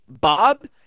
Bob